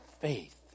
faith